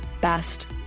best